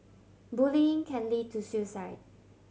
bullying can lead to suicide